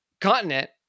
continent